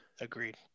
Agreed